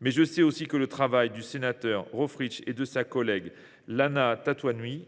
mais je sais aussi que le travail du sénateur Teva Rohfritsch et de sa collègue Lana Tetuanui…